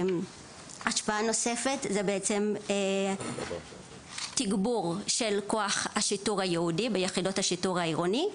השפעה נוספת היא תגבור של כוח השיטור הייעודי ביחידות השיטור העירוני,